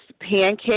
pancake